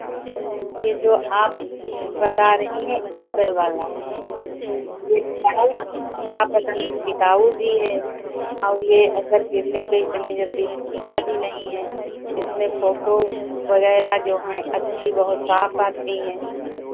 ये जो आप बता रही हैं एप्पल वाला ये टिकाऊ भी आप बता रही टिकाऊ भी है और ये अगर गिरने पे इतने जल्दी टूटता भी नहीं है इसमें फोटो वगैरह जो हैं अच्छी बहुत साफ आती हैं